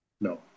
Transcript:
No